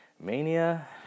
mania